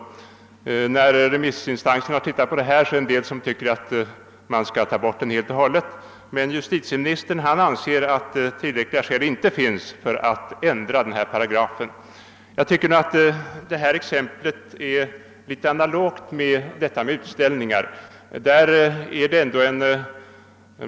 En del remissinstanser har ansett att bestämmelsen borde slopas helt och hållet. Men justitieministern anser att tillräckliga skäl inte föreligger för att ändra paragrafen. Jag tycker att detta exempel är analogt med utställningarna.